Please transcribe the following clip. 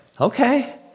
Okay